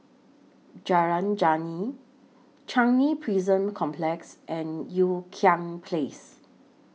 Jalan Geneng Changi Prison Complex and Ean Kiam Place